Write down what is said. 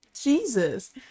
Jesus